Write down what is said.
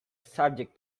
subject